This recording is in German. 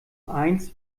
eins